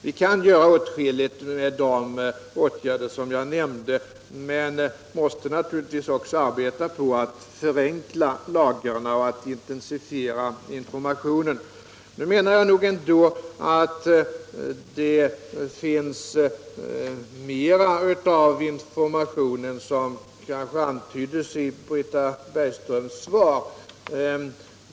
Vi kan göra åtskilligt med de åtgärder som jag nämner i svaret, men vi måste givetvis också arbeta på att förenkla lagarna och intensifiera informationen. Det lämnas mer information än jag antydde i svaret till Britta Bergström.